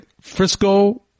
Frisco